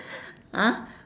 !huh!